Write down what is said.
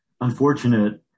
unfortunate